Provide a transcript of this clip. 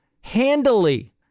handily